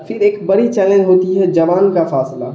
پھر ایک بڑی چیلنج ہوتی ہے زبان کا فاصلہ